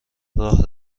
راه